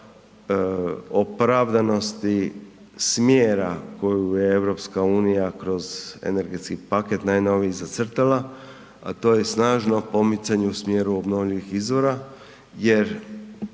opravdanosti smjera koju je EU kroz energetski paket najnoviji zacrtala, a to je snažno pomicanje u smjeru obnovljivih izvora jer